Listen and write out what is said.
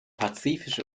pazifische